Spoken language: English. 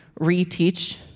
reteach